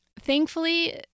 Thankfully